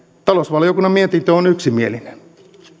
talousvaliokunnan mietintö on yksimielinen